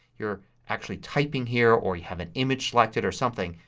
you're actually typing here or you have and image selected or something,